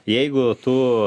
jeigu tu